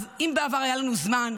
אז אם בעבר היה לנו זמן,